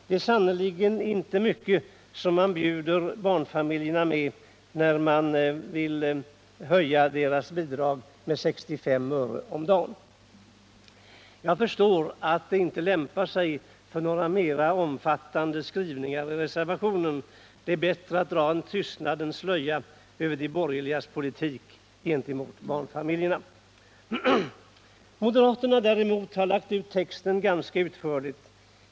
Det är sannerligen inte mycket som man bjuder barnfa miljerna, när man vill höja barnbidragen med 65 öre om dagen! Nr 55 Jag förstår att det inte är lämpligt med några mer omfattande skrivningar i Torsdagen den reservationen — det är bättre att dra en tystnadens slöja över de borgerligas 14 december 1978 politik gentemot barnfamiljerna. Moderaterna däremot har lagt ut texten ganska utförligt.